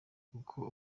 koko